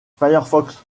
firefox